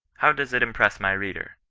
how does it impress my reader?